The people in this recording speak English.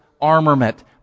armament